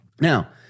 Now